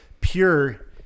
pure